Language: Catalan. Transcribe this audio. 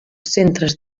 centres